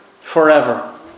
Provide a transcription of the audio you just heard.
forever